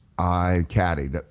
i caddied.